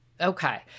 Okay